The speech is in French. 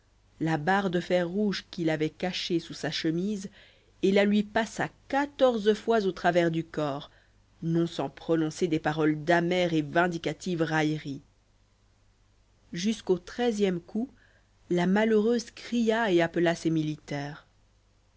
la barre de fer rouge qu'il avait caché sous sa chemise et la lui passa quatorze fois au travers du corps non sans prononcer des paroles d'amère et vindicative raillerie jusqu'au treizième coup la malheureuse cria et appela ses militaires